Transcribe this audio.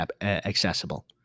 accessible